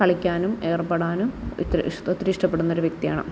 കളിക്കാനും ഏർപ്പെടാനും ഇത്തിരി ഒത്തിരി ഇഷ്ടപ്പെടുന്ന ഒരു വ്യക്തിയാണ്